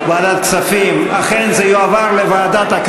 ועדת חוץ וביטחון.